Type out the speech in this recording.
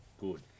Good